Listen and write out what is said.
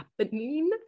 happening